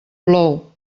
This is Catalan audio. plou